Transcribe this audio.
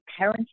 parenting